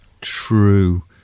true